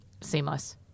Seamless